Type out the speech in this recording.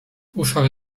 uszach